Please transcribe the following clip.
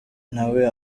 nawe